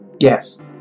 Yes